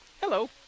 Hello